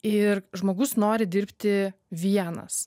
ir žmogus nori dirbti vienas